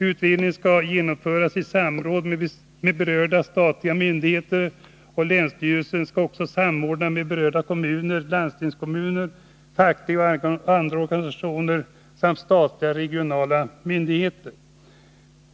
Utredningen skall genomföras i samråd med berörda statliga myndigheter. Länsstyrelsen skall också samarbeta med berörda kommuner, landstingskommuner, fackliga och andra organisationer samt statliga regionala myndigheter.